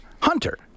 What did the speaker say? Hunter